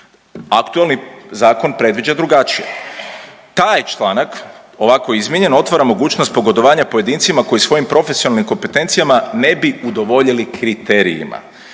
Aktualni zakon predviđa drugačije. Taj članak ovako izmijenjen otvara mogućnost pogodovanja pojedincima koji svojim profesionalnim kompetencijama ne bi udovoljili kriterijima